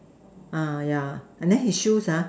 uh yeah and then his shoes ah